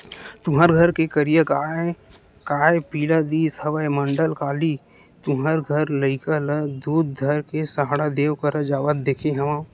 तुँहर घर के करिया गाँय काय पिला दिस हवय मंडल, काली तुँहर घर लइका ल दूद धर के सहाड़ा देव करा जावत देखे हँव?